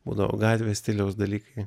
būdavo gatvės stiliaus dalykai